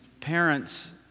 parents